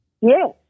Yes